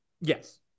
Yes